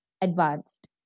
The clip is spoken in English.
advanced